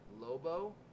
Lobo